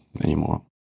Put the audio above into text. anymore